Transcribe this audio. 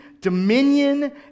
dominion